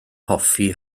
hoffi